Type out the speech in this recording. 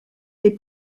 est